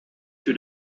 two